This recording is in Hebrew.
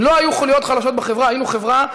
אם לא היו חוליות חלשות בחברה, היינו חברה,